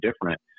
different